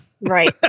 Right